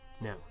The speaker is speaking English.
Now